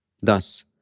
Thus